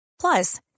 Plus